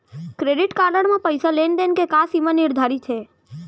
Credit card म पइसा लेन देन के का सीमा निर्धारित हे?